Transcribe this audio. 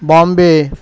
Bombay